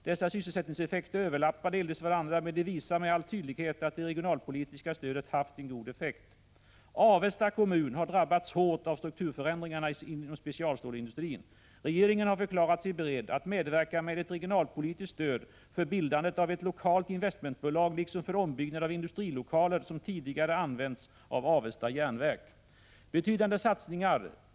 Dessa sysselsättningssiffror överlappar delvis varandra, men de visar med all tydlighet att det regionalpolitiska stödet haft en god effekt. Avesta kommun har drabbats hårt av strukturförändringarna inom specialstålsindustrin. Regeringen har förklarat sig beredd att medverka med regionalpolitiskt stöd för bildandet av ett lokalt investmentbolag liksom för ombyggnad av industrilokaler som tidigare använts av Avesta Jernverk.